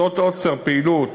שעות עוצר פעילות